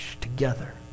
together